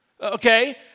Okay